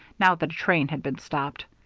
now that a train had been stopped.